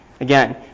Again